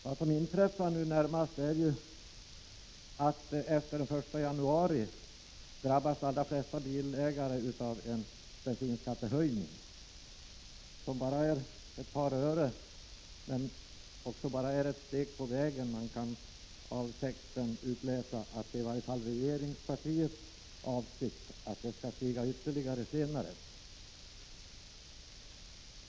Vad som inträffar nu närmast är ju att efter den 1 januari drabbas de allra flesta bilägare av en bensinskattehöjning. Det rör sig bara om ett par ören, men det är ett steg på vägen; man kan av texten utläsa att i varje fall regeringspartiet avser att det skall bli ytterligare höjning senare.